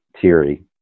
theory